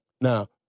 Now